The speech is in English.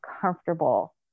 comfortable